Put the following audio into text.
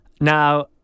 Now